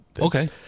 Okay